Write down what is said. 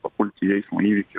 papult į eismo įvykį